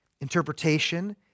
interpretation